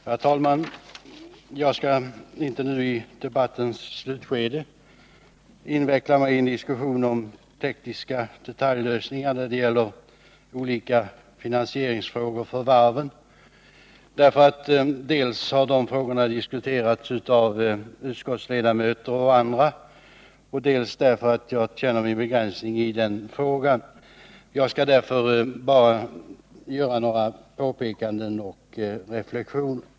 Herr talman! Jag skall inte nu i debattens slutskede inveckla mig i en diskussion om tekniska detaljlösningar när det gäller olika finansieringsfrågor för varven. Dels har de frågorna diskuterats av utskottsledamöter och andra, dels känner jag min begränsning i den frågan. Jag skall därför bara göra några påpekanden och reflexioner.